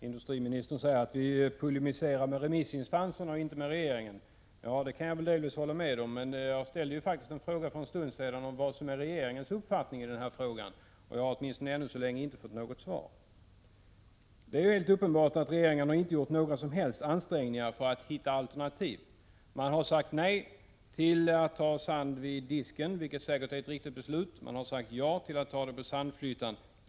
Herr talman! Industriministern säger att vi polemiserar med remissinstanserna och inte med regeringen. Ja, det kan jag delvis hålla med om. Men jag ställde faktiskt en fråga för en stund sedan om vad som är regeringens uppfattning i den här frågan, och jag har åtminstone ännu så länge inte fått något svar. Det är helt uppenbart att regeringen inte har gjort några som helst ansträngningar för att hitta alternativ. Man har sagt nej till att ta sand vid Disken, vilket säkert är ett riktigt beslut. Man har sagt ja till att ta den på Sandflyttan.